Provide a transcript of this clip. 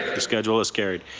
the schedule is carried.